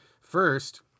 first